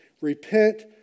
Repent